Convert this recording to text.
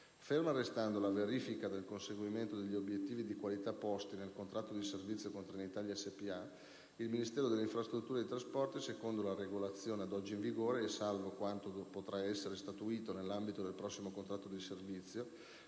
Ferma restando la verifica del conseguimento degli obiettivi di qualità posti nel contratto di servizio con Trenitalia Spa, il Ministero delle infrastrutture e dei trasporti, secondo la regolazione ad oggi in vigore e salvo quanto potrà essere statuito nell'ambito del prossimo contratto di servizio